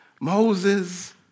Moses